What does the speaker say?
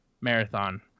Marathon